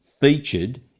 featured